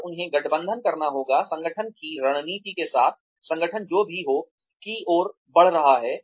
और उन्हें गठबंधन करना होगा संगठन की रणनीति के साथ संगठन जो भी हो की ओर बढ़ रहा है